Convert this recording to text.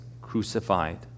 crucified